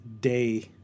day